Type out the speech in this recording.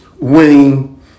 winning